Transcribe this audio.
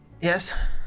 Yes